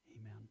amen